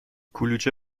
کلوچه